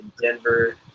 Denver